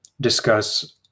discuss